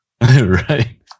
Right